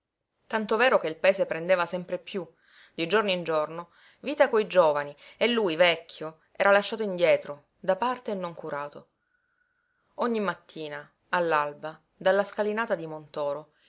tanto vero che il paese prendeva sempre piú di giorno in giorno vita coi giovani e lui vecchio era lasciato indietro da parte e non curato ogni mattina all'alba dalla scalinata di montoro